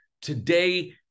today